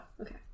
Okay